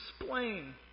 explain